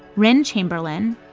rin chamberlin,